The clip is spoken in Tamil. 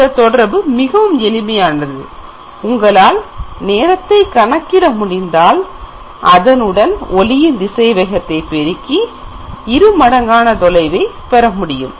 இந்த தொடர்பு மிகவும் எளிமையானது உங்களால் நேரத்தை கணக்கிட முடிந்தால் அதனுடன் ஒளியின் திசைவேகத்தை பெருக்கி இரு மடங்கான தொலைவை பெறமுடியும்